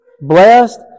blessed